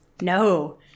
no